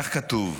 כך כתוב,